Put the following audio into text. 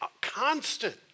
constant